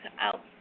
out